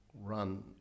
run